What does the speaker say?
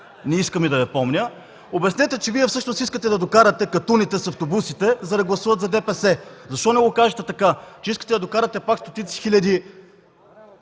не искам и да я помня – обяснете, че Вие всъщност искате да докарате катуните с автобусите, за да гласуват за ДПС. (Реплики от ДПС.) Защо не го кажете така, че искате да докарате пак стотици хиляди